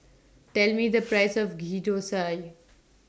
Tell Me The Price of Ghee Thosai